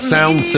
Sound